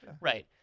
right